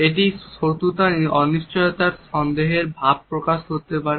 এটি শত্রুতা অনিশ্চয়তার সন্দেহের ভাব প্রকাশ করতে পারে